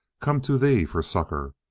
come to thee for succour.